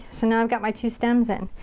so now i've got my two stems in.